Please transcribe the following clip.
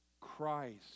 Christ